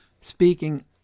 speaking